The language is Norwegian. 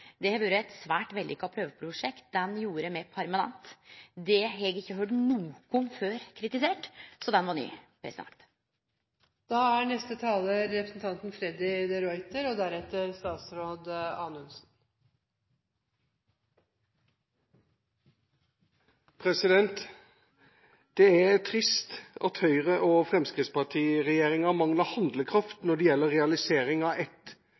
Det har vore eit svært vellukka prøveprosjekt, som me gjorde permanent. Det har eg ikkje høyrt nokon kritisere før, så den var ny. Det er